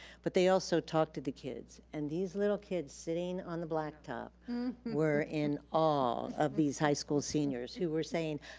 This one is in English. but they also talked to the kids. and these little kids sitting on the blacktop were in awe of these high school seniors who were saying,